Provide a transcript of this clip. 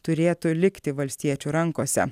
turėtų likti valstiečių rankose